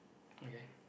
okay